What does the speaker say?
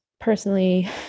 personally